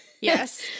Yes